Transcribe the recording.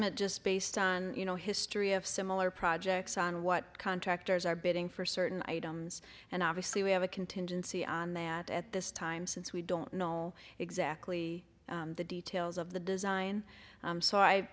estimate just based on you know history of similar projects and what contractors are bidding for certain items and obviously we have a contingency on that at this time since we don't know exactly the details of the design so i